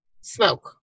smoke